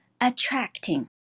attracting